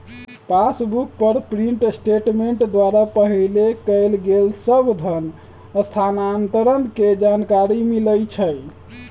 passbook पर print statement द्वारा पहिले कएल गेल सभ धन स्थानान्तरण के जानकारी मिलइ छइ